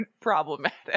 problematic